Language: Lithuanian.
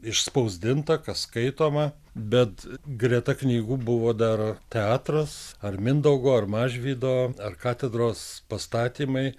išspausdinta kas skaitoma bet greta knygų buvo dar teatras ar mindaugo ar mažvydo ar katedros pastatymai